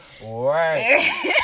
Right